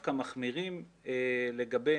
דווקא מחמירים לגבי